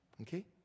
Okay